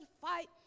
fight